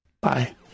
Bye